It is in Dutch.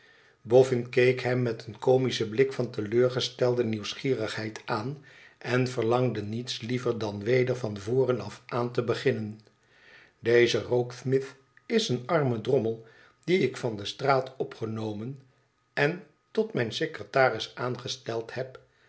keek hem met een comischen blik van te leur gestelde nieuwsgierigheid aan en verlangde niets liever dan weder van voren af aan te beginnen deze rokesmith is een arme drommel dien ik van de straat opgenomen en tot mijn secretaris aangesteld heb